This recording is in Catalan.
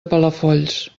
palafolls